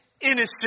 innocent